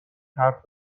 حرف